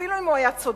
אפילו אם הוא היה צודק?